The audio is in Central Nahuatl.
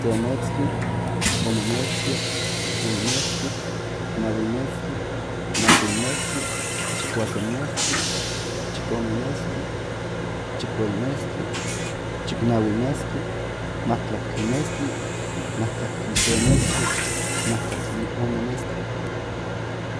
Se metztli ome metztli yei metztli nahui metztli makuil metztli chikusen metztli chikome metztli chikhuei metztli chiknahui metztli matlatli metztli matlatli se metztli matlatli ome metztli